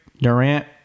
Durant